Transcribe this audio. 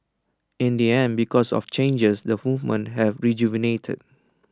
in the end because of changes the movement have rejuvenated